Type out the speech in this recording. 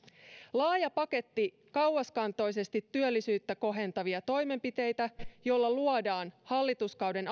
laaja paketti kauaskantoisesti työllisyyttä kohentavia toimenpiteitä jolla luodaan hallituskauden